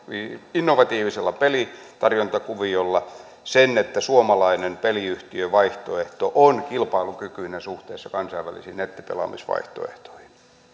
innovatiivisella pelitarjontakuviolla sen että suomalainen peliyhtiövaihtoehto on kilpailukykyinen suhteessa kansainvälisiin nettipelaamisvaihtoehtoihin